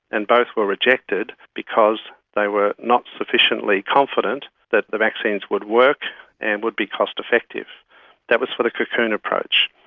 and both were rejected because they were not sufficiently confident that the vaccines would work and would be cost-effective. that was for the cocoon approach.